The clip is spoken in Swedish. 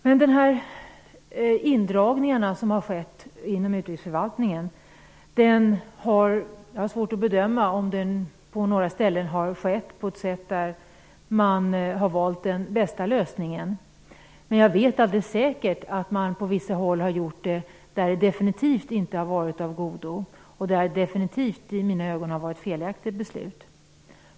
Jag har svårt att bedöma om man i samband med de indragningar som har skett inom utrikesförvaltningen faktiskt har valt den bästa lösningen, men jag vet alldeles säkert att man på vissa håll har gjort indragningar som definitivt inte har varit av godo, att det ibland definitivt har varit fråga om felaktiga beslut.